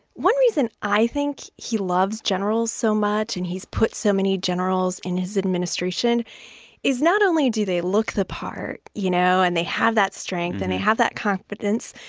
one reason i think he loves generals so much and he's put so many generals in his administration is not only do they look the part, you know, and they have that strength and they have that competence,